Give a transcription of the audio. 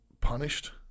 punished